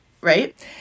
right